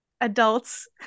adults